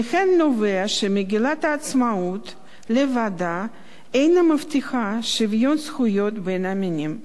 מכאן נובע שמגילת העצמאות לבדה אינה מבטיחה שוויון זכויות בין המינים.